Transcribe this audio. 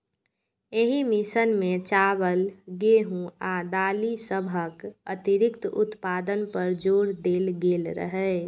एहि मिशन मे चावल, गेहूं आ दालि सभक अतिरिक्त उत्पादन पर जोर देल गेल रहै